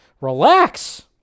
relax